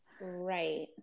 Right